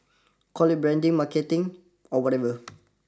call it branding marketing or whatever